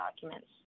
Documents